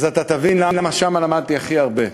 אז אתה תבין למה מהן למדתי הכי הרבה.